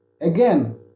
again